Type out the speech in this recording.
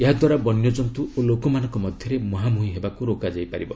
ଏହାଦ୍ୱାରା ବନ୍ୟଜନ୍ତୁ ଓ ଲୋକମାନଙ୍କ ମଧ୍ୟରେ ମୁହାଁମୁହିଁ ହେବାକୁ ରୋକାଯାଇପାରିବ